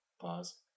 Pause